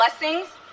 blessings